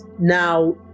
now